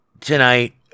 tonight